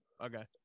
Okay